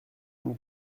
une